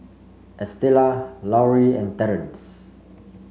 Estela Lauri and Terrence